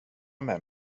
med